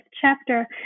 chapter